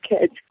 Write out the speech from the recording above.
kids